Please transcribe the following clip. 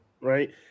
right